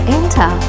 enter